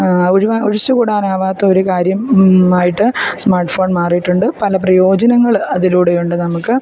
ഒഴിവാ ഒഴിച്ചു കൂടാനാവാത്ത ഒരു കാര്യം ആയിട്ട് സ്മാർട്ട് ഫോൺ മാറിയിട്ടുണ്ട് പല പ്രയോജനങ്ങൾ അതിലൂടെ ഉണ്ട് നമുക്ക്